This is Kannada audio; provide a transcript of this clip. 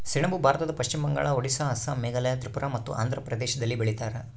ಸೆಣಬು ಭಾರತದ ಪಶ್ಚಿಮ ಬಂಗಾಳ ಒಡಿಸ್ಸಾ ಅಸ್ಸಾಂ ಮೇಘಾಲಯ ತ್ರಿಪುರ ಮತ್ತು ಆಂಧ್ರ ಪ್ರದೇಶದಲ್ಲಿ ಬೆಳೀತಾರ